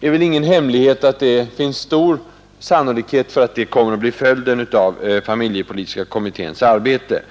är ingen hemlighet att det finns stor sannolikhet för att det kommer att bli följden av familjepolitiska kommitténs arbete.